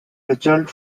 result